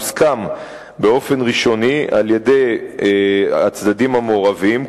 והוסכם באופן ראשוני על-ידי הצדדים המעורבים,